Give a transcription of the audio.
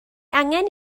angen